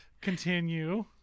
Continue